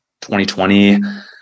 2020